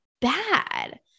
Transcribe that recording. bad